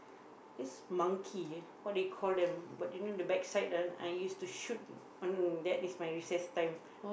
this monkey what they call them you know the backside one I used to shoot on that is my recess time